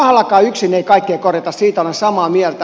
rahallakaan yksin ei kaikkea korjata siitä olen samaa mieltä